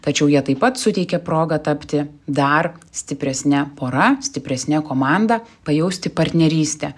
tačiau jie taip pat suteikia progą tapti dar stipresne pora stipresne komanda pajausti partnerystę